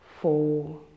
four